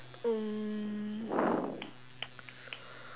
um